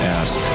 ask